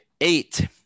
eight